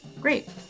great